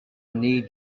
need